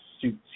suits